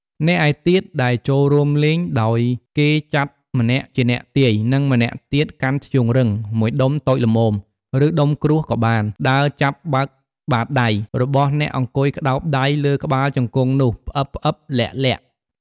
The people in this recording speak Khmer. អ្នកឯទៀតដែលចូលរួមលេង ដោយគេចាត់ម្នាក់ជាអ្នកទាយ និងម្នាក់ទៀតកាន់ធ្យូងរឹង ១ដុំតូចល្មម ឬដុំក្រួសក៏បាន ដើរចាប់បើកបាត់ដៃ របស់អ្នកអង្គុយក្តោបដៃលើក្បាលជង្គង់នោះ ផ្អឹបៗ លាក់ៗ។